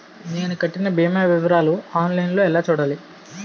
నేను కట్టిన భీమా వివరాలు ఆన్ లైన్ లో ఎలా చూడాలి?